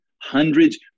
hundreds